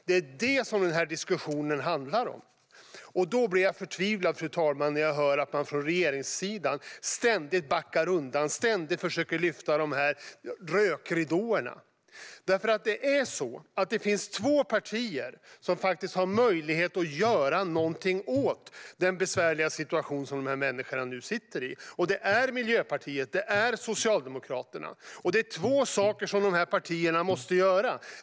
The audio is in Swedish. Det är vad diskussionen handlar om. Fru talman! Jag blir förtvivlad när jag hör att man från regeringssidan ständigt backar undan och ständigt försöker lägga rökridåer. Det finns två partier som har möjlighet att göra någonting åt den besvärliga situation som dessa människor nu sitter i. Det är Miljöpartiet och Socialdemokraterna. Det är två saker som de partierna måste göra.